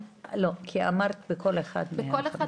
כי אמרת שבכל אחד מהם יש 56. בסך הכל, כן.